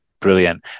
Brilliant